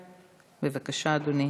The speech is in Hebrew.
בבקשה, אדוני.